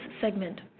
segment